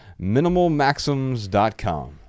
minimalmaxims.com